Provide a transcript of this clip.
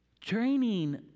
training